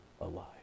alive